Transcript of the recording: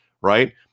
Right